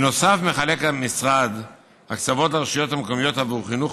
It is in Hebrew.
נוסף על כך מחלק המשרד הקצבות לרשויות המקומיות עבור חינוך